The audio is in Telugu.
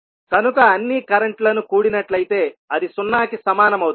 కనుక అన్ని కరెంటు లను కూడినట్లయితే అది సున్నాకి సమానమవుతుంది